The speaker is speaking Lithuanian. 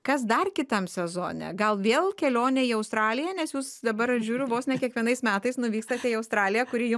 kas dar kitam sezone gal vėl kelionė į australiją nes jūs dabar žiūriu vos ne kiekvienais metais nuvykstate į australiją kuri jum